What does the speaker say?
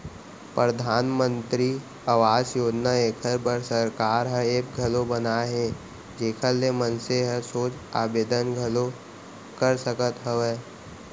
परधानमंतरी आवास योजना एखर बर सरकार ह ऐप घलौ बनाए हे जेखर ले मनसे ह सोझ आबेदन घलौ कर सकत हवय